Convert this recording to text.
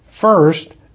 First